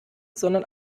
sondern